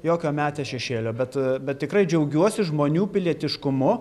jokio metę šešėlio bet bet tikrai džiaugiuosi žmonių pilietiškumu